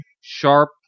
sharp